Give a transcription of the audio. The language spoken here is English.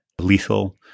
lethal